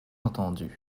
entendue